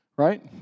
Right